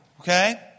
okay